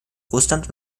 russland